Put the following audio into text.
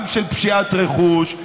גם של פשיעת רכוש,